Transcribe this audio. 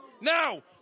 now